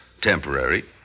temporary